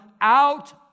out